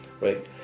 right